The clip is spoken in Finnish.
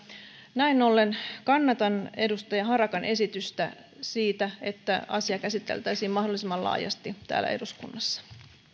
näin ollen kannatan edustaja harakan esitystä siitä että asia käsiteltäisiin mahdollisimman laajasti täällä eduskunnassa